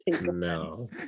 No